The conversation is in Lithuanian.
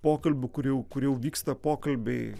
pokalbių kur jau kur jau vyksta pokalbiai